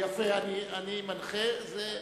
יפה, אני מנחה, תשמע,